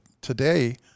today